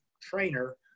trainer